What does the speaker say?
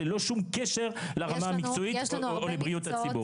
ללא שום קשר לרמה המקצועית או לבריאות הציבור.